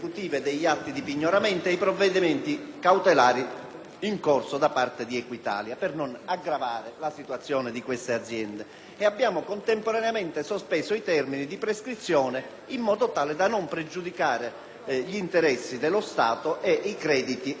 in corso da parte di Equitalia, per non aggravare la situazione di queste aziende; contemporaneamente, abbiamo previsto la sospensione dei termini di prescrizione, in modo tale da non pregiudicare gli interessi dello Stato e i crediti erariali che esso può vantare nei confronti di tali aziende.